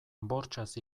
bortxaz